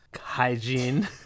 hygiene